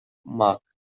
mark